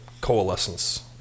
coalescence